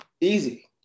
Easy